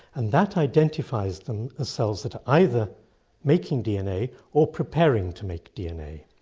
and that identifies them as cells that are either making dna or preparing to make dna,